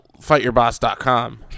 Fightyourboss.com